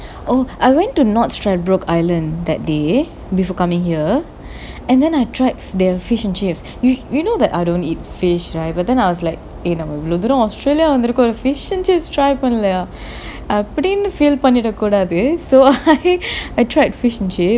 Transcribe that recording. oh I went to north stradbroke island that day before coming here and then I tried their fish and chips you you know that I don't eat fish right but then I was like you know இவளோ தூரம்:ivalo thooram australia வந்துட்டோம்:vanthutom fish and chips try பண்ணலயா அப்படினு:pannalaiyaa appadinu feel பண்ணிர கூடாது:pannira koodathu so I tried fish and chips